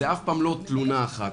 זאת אף פעם לא תלונה אחת,